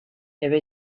there